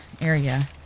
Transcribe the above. area